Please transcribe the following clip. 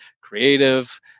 creative